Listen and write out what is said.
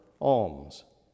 alms